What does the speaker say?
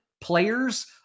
players